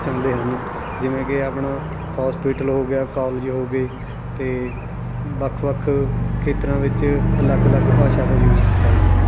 ਚਾਹੁੰਦੇ ਹਨ ਜਿਵੇਂ ਕਿ ਆਪਣਾ ਹੋਸਪਿਟਲ ਹੋ ਗਿਆ ਕੋਲਜ ਹੋ ਗਏ ਅਤੇ ਵੱਖ ਵੱਖ ਖੇਤਰਾਂ ਵਿੱਚ ਅਲੱਗ ਅਲੱਗ ਭਾਸ਼ਾ ਦਾ ਯੂਜ਼ ਕੀਤਾ ਜਾਂਦਾ ਹੈ